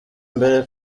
mbere